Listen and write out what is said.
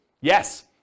Yes